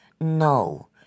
No